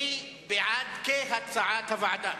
מי בעד הסעיף, כהצעת הוועדה?